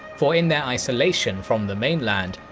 for in their isolation from the mainland,